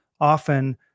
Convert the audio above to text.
often